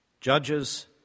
Judges